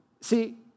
See